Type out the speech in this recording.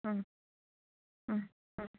ꯎꯝ ꯎꯝ ꯎꯝ